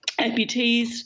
amputees